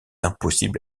impossible